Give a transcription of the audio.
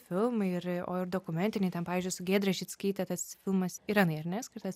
filmai ir o ir dokumentiniai ten pavyzdžiui su giedre žickyte tas filmas irenai ar ne skirtas